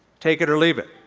take it or leave it.